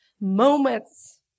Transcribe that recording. moments